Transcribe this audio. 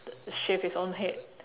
shave his own head